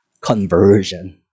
conversion